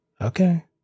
Okay